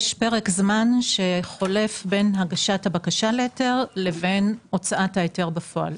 יש פרק זמן שחולף בין הגשת הבקשה להיתר לבין הוצאת ההיתר בפועל.